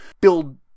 build